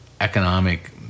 economic